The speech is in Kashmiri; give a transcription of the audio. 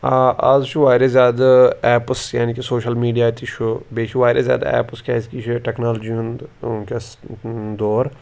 آ آز چھُ واریاہ زیادٕ ایپٕس یعنی کہِ سوشَل میٖڈیا تہِ چھُ بیٚیہِ چھُ واریاہ زیادٕ ایپٕس کیٛازِکہِ یہِ چھِ ٹٮ۪کنالجی ہُنٛد وٕنۍکٮ۪س دور